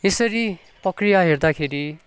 यसरी प्रक्रिया हेर्दाखेरि